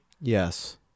Yes